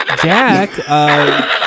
Jack